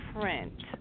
print